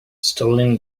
stolen